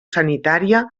sanitària